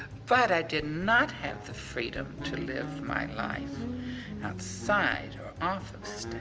but i did not have the freedom to live my life outside, or off of